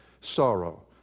sorrow